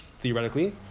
theoretically